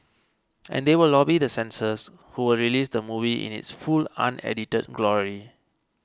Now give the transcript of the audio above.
and they will lobby the censors who will release the movie in its full unedited glory